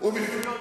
מעטפות כפולות,